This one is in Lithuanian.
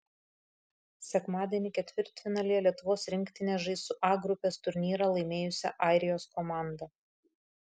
sekmadienį ketvirtfinalyje lietuvos rinktinė žais su a grupės turnyrą laimėjusia airijos komanda